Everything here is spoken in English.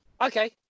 Okay